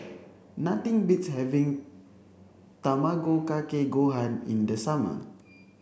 nothing beats having Tamago Kake Gohan in the summer